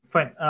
Fine